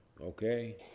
Okay